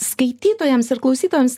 skaitytojams ir klausytojams